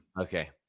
okay